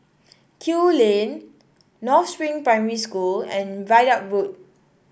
Kew Lane North Spring Primary School and Ridout Road